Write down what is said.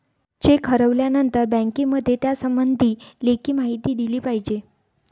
check हरवल्यानंतर बँकेमध्ये त्यासंबंधी लेखी माहिती दिली पाहिजे